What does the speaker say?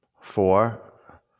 Four